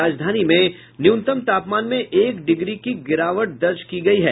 राजधानी में न्यूनतम तापमान में एक डिग्री की गिरावट दर्ज की गयी है